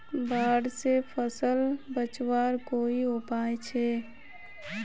बाढ़ से फसल बचवार कोई उपाय छे?